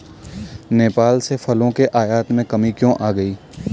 नेपाल से फलों के आयात में कमी क्यों आ गई?